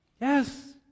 Yes